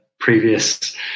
previous